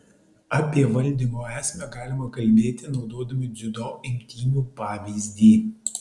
apie valdymo esmę galime kalbėti naudodami dziudo imtynių pavyzdį